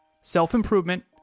Self-improvement